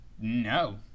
No